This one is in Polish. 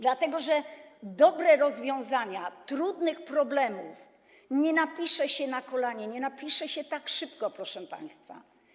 dlatego że dobrych rozwiązań dotyczących trudnych problemów nie napisze się na kolanie, nie napisze się tak szybko, proszę państwa.